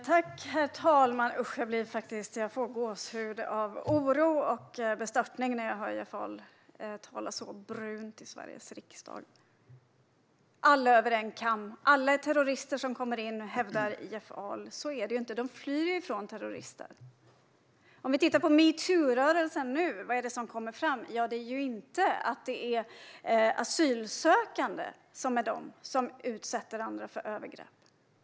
Herr talman! Usch, jag får gåshud av oro och bestörtning när jag hör Jeff Ahl tala så brunt i Sveriges riksdag. Alla dras över en kam. Alla som kommer in är terrorister, hävdar Jeff Ahl. Så är det ju inte. De flyr från terrorister. Om vi tittar på metoo-rörelsen nu, vad är det vi ser komma fram? Ja, det är ju inte att asylsökande är de som utsätter andra för övergrepp.